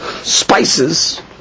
spices